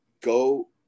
go